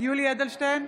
יולי יואל אדלשטיין,